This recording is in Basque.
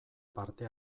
parte